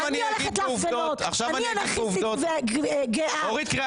אני הולכת להפגנות, אני אנרכיסטית גאה.